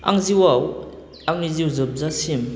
आं जिउआव आंनि जिउ जोबजासिम